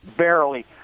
barely